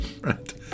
right